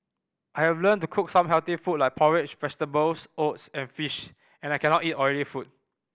I have learned to cook some healthy food like porridge vegetables oats and fish and I cannot eat oily food